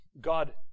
God